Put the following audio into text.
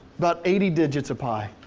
about eighty digits of pi.